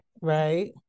right